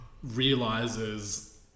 Realizes